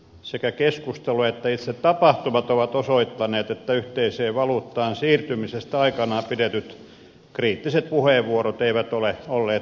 sekä keskustelu että itse tapahtumat ovat osoittaneet että yhteiseen valuuttaan siirtymisestä aikanaan pidetyt kriittiset puheenvuorot eivät ole olleet tarpeettomia